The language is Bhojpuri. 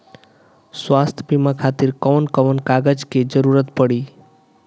स्वास्थ्य बीमा खातिर कवन कवन कागज के जरुरत पड़ी?